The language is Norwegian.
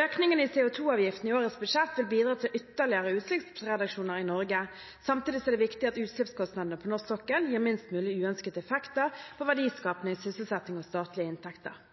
Økningen i CO 2 -avgiften i årets budsjett vil bidra til ytterligere utslippsreduksjoner i Norge. Samtidig er det viktig at utslippskostnadene på norsk sokkel gir minst mulig uønskede effekter på verdiskaping, sysselsetting og statlige inntekter.